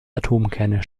atomkerne